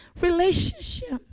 relationship